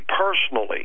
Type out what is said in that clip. personally